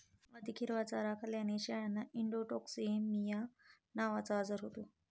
अधिक हिरवा चारा खाल्ल्याने शेळ्यांना इंट्रोटॉक्सिमिया नावाचा आजार होतो